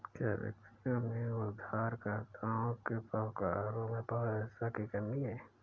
क्या व्यक्तियों में उधारकर्ताओं के प्रकारों में पारदर्शिता की कमी है?